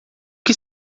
que